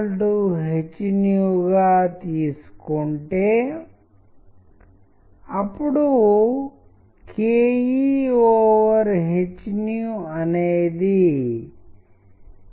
దానికి ముందుగా ఒక సందర్భంలో ప్రజలకు పండ్ల గురించి మరియు పర్వతాల గురించి శాస్త్రీయ వాస్తవాలు చెప్పాము మరియు మరొక సందర్భంలో ప్రజలకు సౌందర్య విషయాలు చెప్పబడ్డాయి